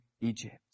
Egypt